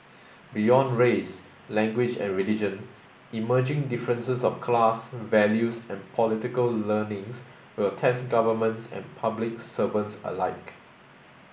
beyond race language and religion emerging differences of class values and political learnings will test governments and public servants alike